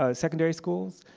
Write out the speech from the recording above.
ah secondary schools.